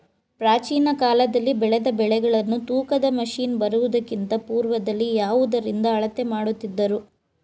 ಪ್ರಾಚೀನ ಕಾಲದಲ್ಲಿ ಬೆಳೆದ ಬೆಳೆಗಳನ್ನು ತೂಕದ ಮಷಿನ್ ಬರುವುದಕ್ಕಿಂತ ಪೂರ್ವದಲ್ಲಿ ಯಾವುದರಿಂದ ಅಳತೆ ಮಾಡುತ್ತಿದ್ದರು?